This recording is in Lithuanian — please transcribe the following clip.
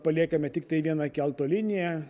paliekame tiktai vieną kelto liniją